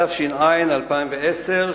התש"ע 2010,